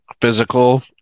physical